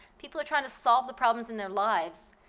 people are trying to solve the problems in their lives,